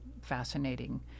fascinating